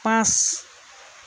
পাঁচ